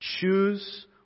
choose